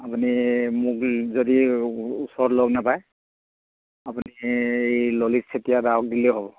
আপুনি মোক যদি ওচৰত লগ নাপায় আপুনি এই ললিত চেতিয়া দাক দিলেও হ'ব